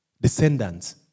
descendants